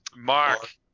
mark